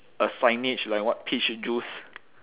a signage like what peach juice